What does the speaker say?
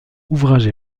ouvrages